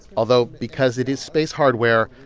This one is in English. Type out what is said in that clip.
although because it is space hardware,